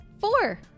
four